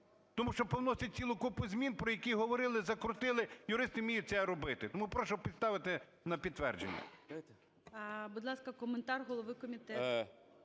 Тому що повносять цілу купу змін, про які говорили, закрутили, юристи вміють це робити. Тому прошу поставити на підтвердження. ГОЛОВУЮЧИЙ. Будь ласка, коментар голови комітету.